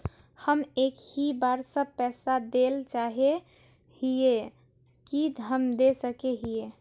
हम एक ही बार सब पैसा देल चाहे हिये की हम दे सके हीये?